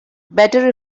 better